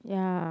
ya